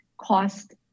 cost